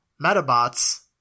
Metabots